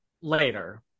later